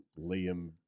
Liam